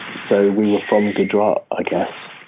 so we were from gujarat, i guess.